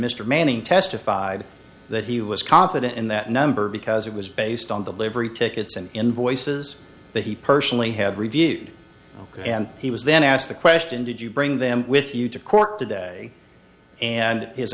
mr manning testified that he was confident in that number because it was based on the lavery tickets and invoices that he personally had reviewed and he was then asked the question did you bring them with you to court today and his